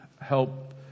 help